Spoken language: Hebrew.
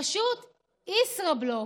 פשוט ישראבלוף.